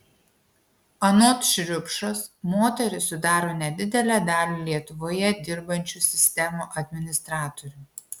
anot šriupšos moterys sudaro nedidelę dalį lietuvoje dirbančių sistemų administratorių